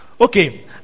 okay